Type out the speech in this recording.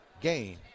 game